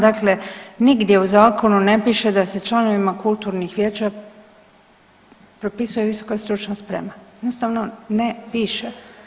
Dakle, nigdje u zakonu ne piše da se članovima kulturnih vijeća propisuje visoka stručna sprema, jednostavno ne piše.